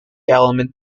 elements